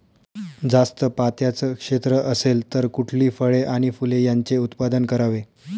जास्त पात्याचं क्षेत्र असेल तर कुठली फळे आणि फूले यांचे उत्पादन करावे?